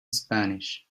spanish